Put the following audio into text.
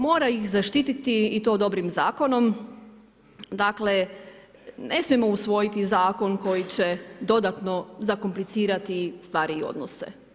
Mora ih zaštititi i to dobrim zakonom, dakle ne smijemo usvojiti zakon koji će dodatno zakomplicirati stvari i odnose.